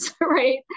right